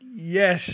Yes